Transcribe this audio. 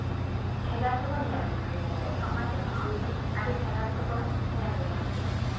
ᱵᱷᱮᱜᱟᱨ ᱛᱮᱠᱚ ᱧᱮᱞ ᱢᱮᱭᱟ ᱥᱮ ᱥᱚᱢᱟᱡᱽ ᱨᱮᱦᱚᱸ ᱟᱹᱰᱤ ᱵᱷᱮᱜᱟᱨ ᱛᱮᱠᱚ ᱧᱮᱞ ᱢᱮᱭᱟ